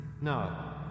No